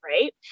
right